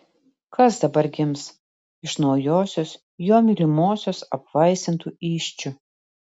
kas dabar gims iš naujosios jo mylimosios apvaisintų įsčių